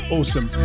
Awesome